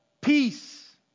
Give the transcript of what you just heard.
peace